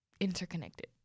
interconnected